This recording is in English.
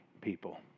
people